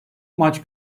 maç